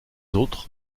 autres